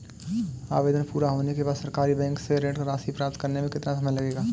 आवेदन पूरा होने के बाद सरकारी बैंक से ऋण राशि प्राप्त करने में कितना समय लगेगा?